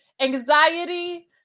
anxiety